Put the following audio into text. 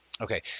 Okay